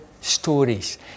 stories